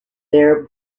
their